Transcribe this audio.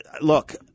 look